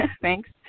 thanks